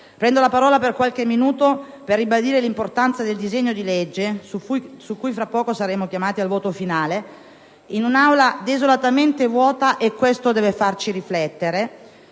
prenderò la parola per qualche minuto per ribadire l'importanza del disegno di legge su cui fra poco saremo chiamati al voto finale, in un'Aula desolatamente vuota, e questo deve farci riflettere.